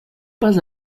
pas